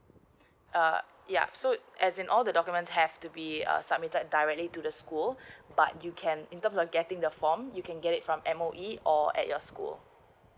uh yup so as in all the documents have to be uh submitted directly to the school but you can in terms of getting the form you can get it from M_O_E or at your school